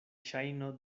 ŝajno